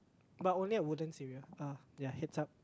but only a wooden uh yea heads up